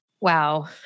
Wow